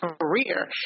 career